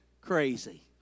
crazy